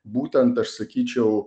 būtent aš sakyčiau